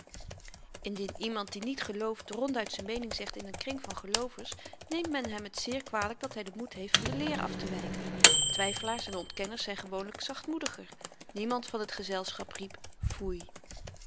indien iemand die niet gelooft ronduit z'n meening zegt in n kring van geloovers neemt men t hem zeer kwalyk dat hy den moed heeft van de leer aftewyken twyfelaars en ontkenners zyn gewoonlyk zachtmoediger niemand van t gezelschap riep foei